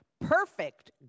Perfect